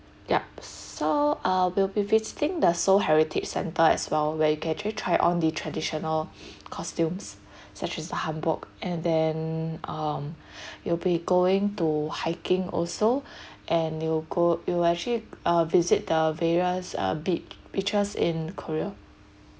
yup so uh will be visiting the seoul heritage centre as well where you can actually try on the traditional costumes such as the hanbok and then um you'll be going to hiking also and it will go it will actually uh visit the various uh beach beaches in korea